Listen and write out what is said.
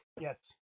Yes